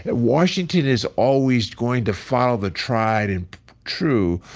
ah washington is always going to follow the tried and true.